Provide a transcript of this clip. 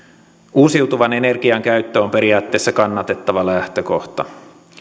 uusiutuvan energian käyttö on periaatteessa kannatettava lähtökohta